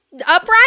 upright